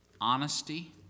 Honesty